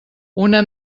una